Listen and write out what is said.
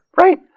right